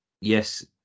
yes